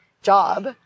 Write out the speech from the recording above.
job